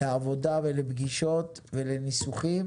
לעבודה ולפגישות ולניסוחים